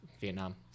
Vietnam